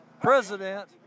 president